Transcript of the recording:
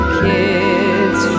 kids